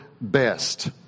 best